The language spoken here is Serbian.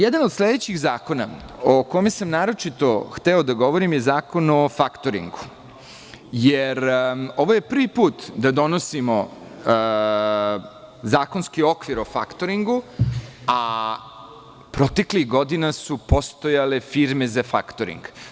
Jedan od sledećih zakona, o kome sam naročito hteo da govorim, je Zakon o faktoringu, jer je ovo prvi put da donosimo zakonski okvir o faktoringu, a proteklih godina su postojale firme za faktoring.